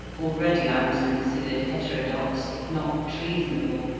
already i was considered heterodox if not treasonable,